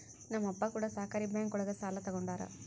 ನಮ್ ಅಪ್ಪ ಕೂಡ ಸಹಕಾರಿ ಬ್ಯಾಂಕ್ ಒಳಗ ಸಾಲ ತಗೊಂಡಾರ